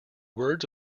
words